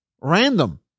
random